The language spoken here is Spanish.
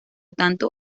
tanto